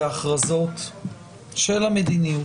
בהכרזות של המדיניות.